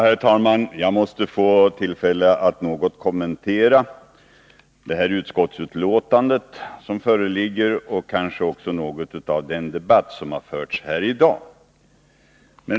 Herr talman! Jag måste få tillfälle att något kommentera det utskottsbetänkande som föreligger, och kanske också något av den debatt som har förts här i dag.